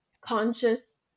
conscious